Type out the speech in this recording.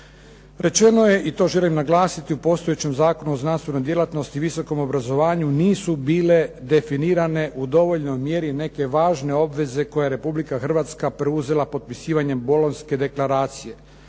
Rečeno je, i to želim naglasiti, u postojećem Zakonu o znanstvenoj djelatnosti i visokom obrazovanju nisu bile definirane u dovoljnoj mjeri neke važne obveze koje je Republika Hrvatska preuzela potpisivanjem Bolonjske deklaracije,